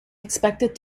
expected